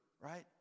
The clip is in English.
right